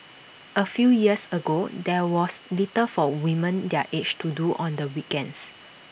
A few years ago there was little for women their age to do on the weekends